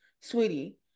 sweetie